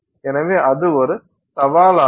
எனவே அது ஒரு சவாலாகும்